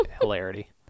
Hilarity